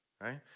Right